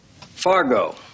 Fargo